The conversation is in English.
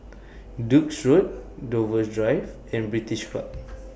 Duke's Road Dover Drive and British Club